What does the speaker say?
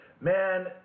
man